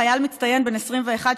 חייל מצטיין בן 21,